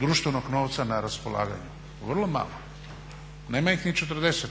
društvenog novca na raspolaganju? Vrlo malo. Nema ih ni 40%.